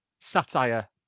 satire